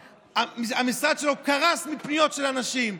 שהמשרד שלו קרס מפניות של אנשים,